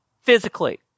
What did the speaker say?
physically